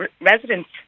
residents